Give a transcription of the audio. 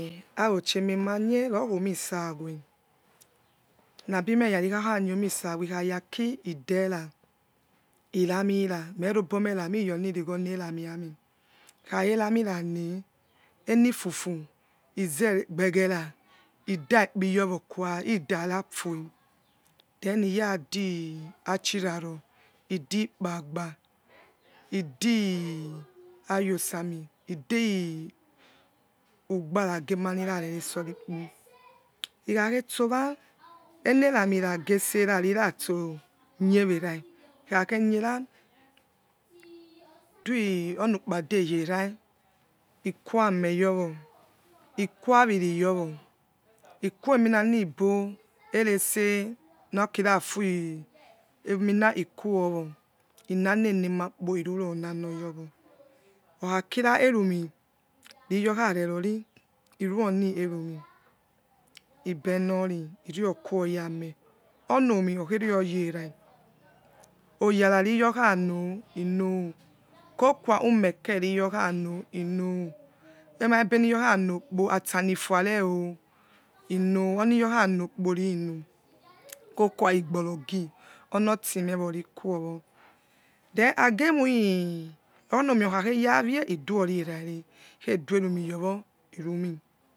Auchi omimanie rokhiomi saweh nabimeyara ikhayokha niomie sawa ikhayaki idera iramira merobomeh rami iyonirigho ramui yameh ikhakherami rane enifufu izegbigera idaikpiyowo kua idarafue then iyadi achiraro idikpaba idiayosa mi idi ugba nagi emanirareresori ikhakhe sowa eneraminagese ra rira so nie wera ikhakheniera dueionu kpa deyera ikuameyowo ku ariri wowo ikueminanibo erese nakiri afui emina ikuowo inanenemakpo iruronano yowo okhakira erumi riyokharerori iuroni erumi ibenori iriokuyamah onomi okherio yerera oyara riyokhano ino khokuw umeke riyokhano ino umabe ni yokharokpo atsanifuare o ino oni yokharokpo rino rokua igorogi onoti meworikuo wo then agemoi onomoi okha kheyawie iduori erare ikhedu erumiyowo irumi,